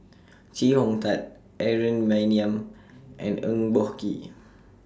Chee Hong Tat Aaron Maniam and Eng Boh Kee